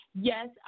Yes